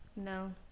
no